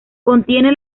contiene